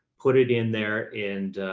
put it in there. and,